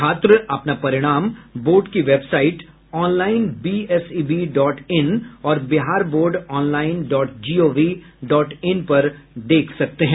छात्र अपना परिणाम बोर्ड की website online BSEB dot in और Bihar board online dot GOV dot in पर देख सकते हैं